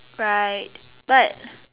right but